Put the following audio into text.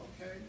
okay